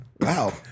Wow